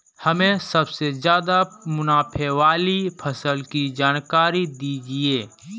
हमें सबसे ज़्यादा मुनाफे वाली फसल की जानकारी दीजिए